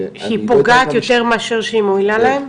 היא פוגעת יותר מאשר שהיא מועילה להם.